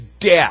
death